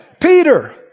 Peter